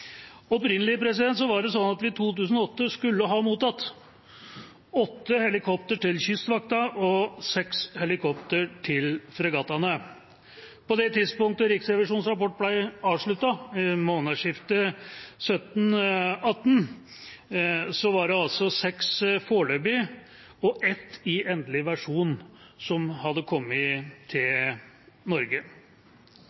Opprinnelig var det sånn at vi i 2008 skulle ha mottatt åtte helikoptre til Kystvakten og seks helikoptre til fregattene. På det tidspunktet Riksrevisjonens rapport ble avsluttet, ved årsskiftet 2017/2018, var det seks i foreløpig versjon og ett i endelig versjon som hadde kommet til